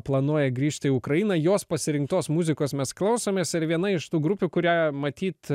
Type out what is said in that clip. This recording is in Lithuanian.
planuoja grįžt į ukrainą jos pasirinktos muzikos mes klausomės ir viena iš tų grupių kurią matyt